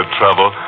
trouble